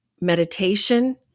Meditation